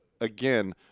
again